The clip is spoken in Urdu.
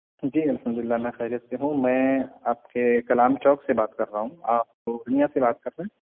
جی الحمد للہ میں خیریت سے ہوں میں آپ کے کلام چوک سے بات کر رہا ہوں آپ پورنیا سے بات کر رہے ہیں